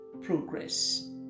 progress